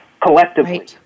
collectively